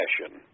fashion